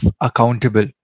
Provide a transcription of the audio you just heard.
accountable